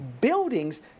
buildings